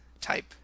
type